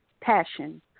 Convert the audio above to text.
passion